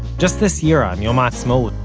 just this year, on yom ha'atzmaut,